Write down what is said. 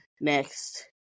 next